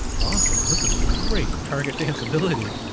awesome, this is great. target danceability,